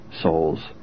souls